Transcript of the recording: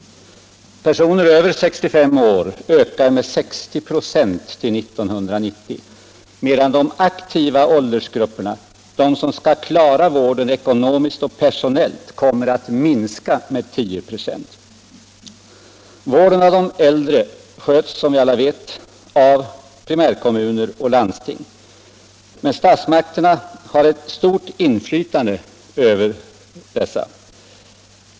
Antalet personer över 65 år ökar med 60 96 till 1990, medan de aktiva åldersgrupperna, de som skall klara vården ekonomiskt och personellt, kommer att minska med 10 96. Vården av de äldre sköts av primärkommuner och landsting. Men statsmakterna har stort inflytande.